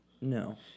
No